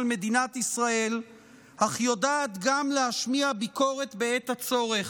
מדינת ישראל אך יודעת גם להשמיע ביקורת בעת הצורך,